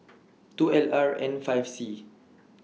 two L R N five C